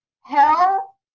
hell